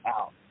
out